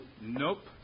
Nope